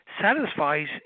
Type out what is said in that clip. satisfies